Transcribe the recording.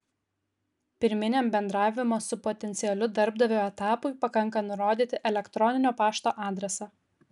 pirminiam bendravimo su potencialiu darbdaviu etapui pakanka nurodyti elektroninio pašto adresą